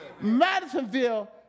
Madisonville